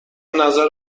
نظر